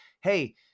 hey